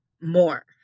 more